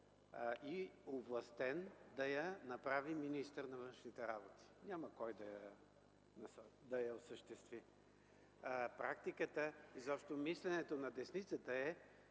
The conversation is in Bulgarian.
и овластен, да я направи министърът на външните работи – няма кой да я осъществи. Практиката, изобщо мисленето на десницата, е,